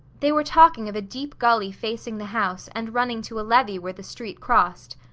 they were talking of a deep gully facing the house and running to a levee where the street crossed.